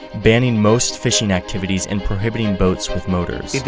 banning most fishing activities and prohibiting boats with motors.